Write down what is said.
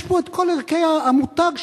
יש פה את כל ערכי המותג שנקרא: